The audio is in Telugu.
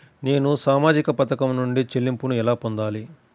నేను సామాజిక పథకం నుండి చెల్లింపును ఎలా పొందాలి?